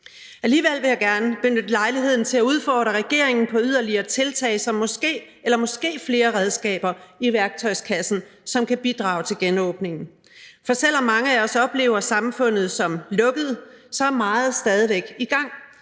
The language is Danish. Alligevel vil jeg gerne benytte lejligheden til at udfordre regeringen på yderligere tiltag eller måske flere redskaber i værktøjskassen, som kan bidrage til genåbningen. For selv om mange af os oplever samfundet som lukket, er meget stadig væk i gang,